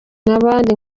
n’abandi